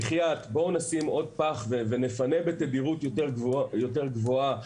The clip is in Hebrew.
בואו נשים עוד פח ונפנה בתדירות יותר גבוהה.